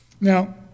Now